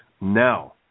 now